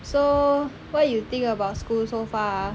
so what you think about school so far ah